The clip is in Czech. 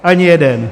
Ani jeden.